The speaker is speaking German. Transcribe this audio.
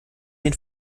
den